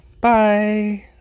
Bye